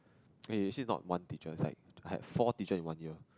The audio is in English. okay you see not one teacher like I had four teacher in one year